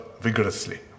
vigorously